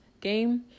game